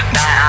Now